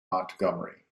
montgomery